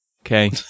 Okay